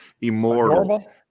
Immortal